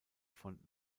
von